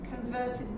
converted